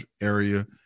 area